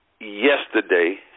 yesterday